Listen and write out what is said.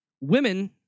women